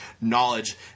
knowledge